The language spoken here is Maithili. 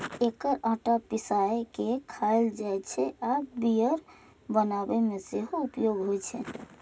एकर आटा पिसाय के खायल जाइ छै आ बियर बनाबै मे सेहो उपयोग होइ छै